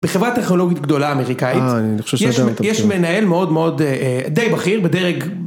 בחברה טכנולוגית גדולה אמריקאית יש מנהל מאוד מאוד די בכיר בדרג.